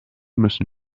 müssen